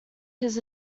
his